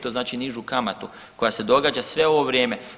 To znači nižu kamatu koja se događa sve ovo vrijeme.